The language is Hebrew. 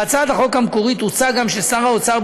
בהצעת החוק המקורית הוצע גם ששר האוצר,